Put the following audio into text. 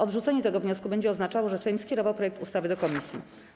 Odrzucenie tego wniosku będzie oznaczało, że Sejm skierował projekt ustawy do komisji.